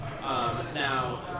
Now